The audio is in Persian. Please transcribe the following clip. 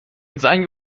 زنگ